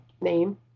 name